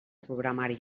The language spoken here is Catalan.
programari